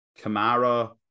kamara